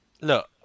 Look